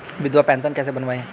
विधवा पेंशन कैसे बनवायें?